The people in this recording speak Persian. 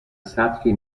سطری